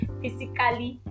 physically